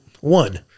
one